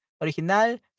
Original